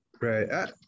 Right